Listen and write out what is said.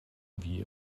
wie